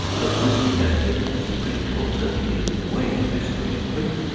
but there is compelling evidence that quitting cold turkey is way the best way to quit.